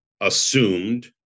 assumed